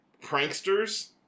Pranksters